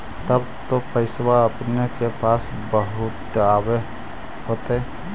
तब तो पैसबा अपने के पास बहुते आब होतय?